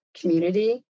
community